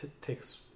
takes